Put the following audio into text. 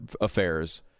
affairs